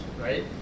right